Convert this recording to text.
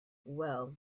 well